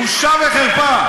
בושה וחרפה.